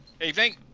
Evening